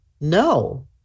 No